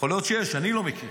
יכול להיות שיש, אני לא מכיר.